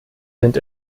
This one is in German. sind